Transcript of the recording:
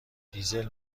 دیزل